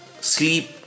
sleep